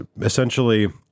essentially